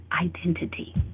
identity